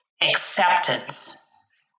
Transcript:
Acceptance